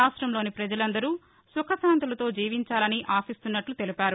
రాష్టంలోని ప్రజలందరూ సుఖశాంతులతో జీవించాలని ఆశిస్తున్నట్లు తెలిపారు